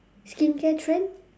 skincare trend